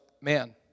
man